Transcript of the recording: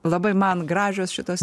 labai man gražios šitos